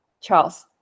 Charles